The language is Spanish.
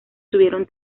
tuvieron